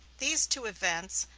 these two events,